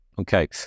okay